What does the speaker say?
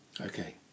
Okay